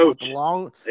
long